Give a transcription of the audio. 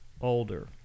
older